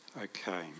Okay